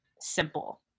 simple